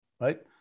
right